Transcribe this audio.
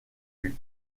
vue